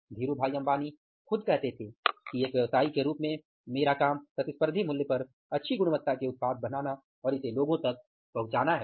धीरूभाई अंबानी खुद कहते थे कि एक व्यवसायी के रूप में मेरा काम प्रतिस्पर्धी मूल्य पर अच्छी गुणवत्ता के उत्पाद बनाना और इसे लोगों तक पहुँचाना है